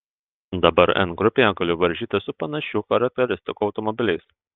dabar n grupėje galiu varžytis su panašių charakteristikų automobiliais